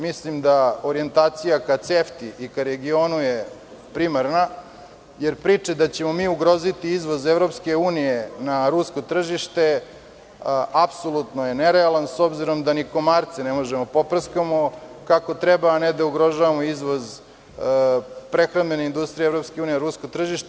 Mislim da orijentacija ka CEFTI i ka regionu je primarna, jer priče da ćemo mi ugroziti izvoz EU na rusko tržište apsolutno su nerealne, s obzirom da ni komarce ne možemo da poprskamo kako treba, a ne da ugrožavamo izvoz prehrambene industrije EU na rusko tržište.